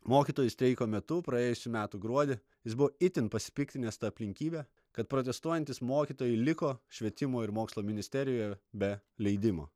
mokytojų streiko metu praėjusių metų gruodį jis buvo itin pasipiktinęs ta aplinkybe kad protestuojantys mokytojai liko švietimo ir mokslo ministerijoje be leidimo